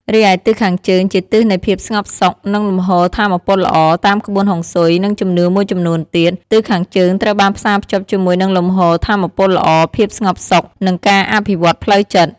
រីឯទិសខាងជើងជាទិសនៃភាពស្ងប់សុខ និងលំហូរថាមពលល្អ តាមក្បួនហុងស៊ុយ និងជំនឿមួយចំនួនទៀត ទិសខាងជើងត្រូវបានផ្សារភ្ជាប់ជាមួយនឹងលំហូរថាមពលល្អ ភាពស្ងប់សុខ និងការអភិវឌ្ឍន៍ផ្លូវចិត្ត។